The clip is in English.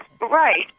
right